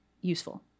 useful